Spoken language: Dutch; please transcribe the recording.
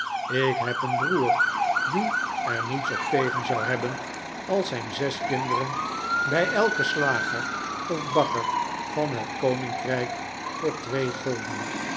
ik heb een broer die er niets op tegen zou hebben als zijn zes kinderen bij elken slager of bakker van het koninkrijk voor twee golden